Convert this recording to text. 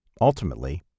Ultimately